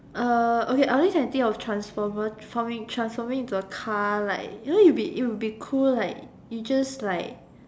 okay I only can think of transformer transforming into a car like you know it'll it'll be cool like you just like